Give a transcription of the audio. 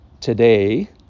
today